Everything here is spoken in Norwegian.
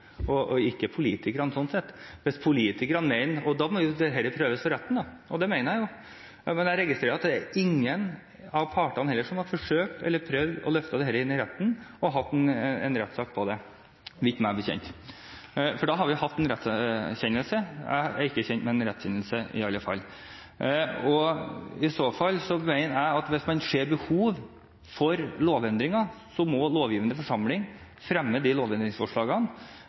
ikke politikerne. Hvis politikerne mener noe om det, må det jo prøves for retten. Men jeg registrerer at ingen av partene har prøvd å løfte dette inn for retten, at det har vært en rettssak om det, meg bekjent. Da hadde vi hatt en rettskjennelse. Jeg er i alle fall ikke kjent med noen rettskjennelse. Jeg mener at hvis man ser behovet for lovendringer, må den lovgivende forsamling fremme disse lovendringsforslagene,